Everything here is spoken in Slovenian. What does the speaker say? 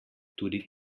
tudi